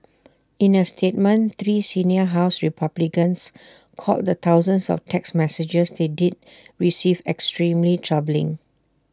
in A statement three senior house republicans called the thousands of text messages they did receive extremely troubling